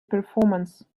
performance